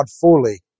fully